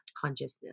consciousness